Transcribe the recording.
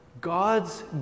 God's